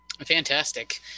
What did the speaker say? Fantastic